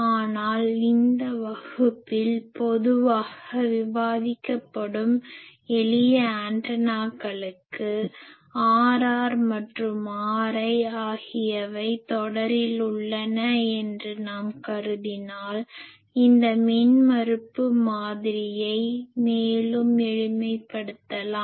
ஆனால் இந்த வகுப்பில் பொதுவாக விவாதிக்கப்படும் எளிய ஆண்டனாக்களுக்கு Rr மற்றும் Rl ஆகியவை தொடரில் உள்ளன என்று நாம் கருதினால் இந்த மின்மறுப்பு மாதிரியை மேலும் எளிமைப்படுத்தலாம்